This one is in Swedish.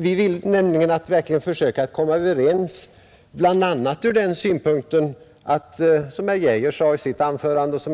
Vi vill nämligen försöka komma överens bl.a. av det skälet, som både herr Geijer och jag har anfört, att